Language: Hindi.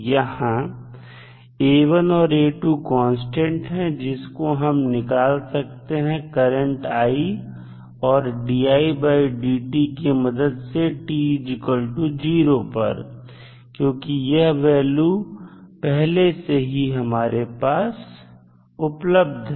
यहां और कांस्टेंट है जिसको हम निकाल सकते हैं करंट i और की मदद से t0 पर क्योंकि यह वैल्यू पहले से ही हमारे पास है